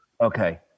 Okay